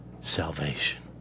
salvation